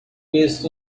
based